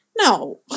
no